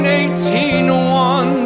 1801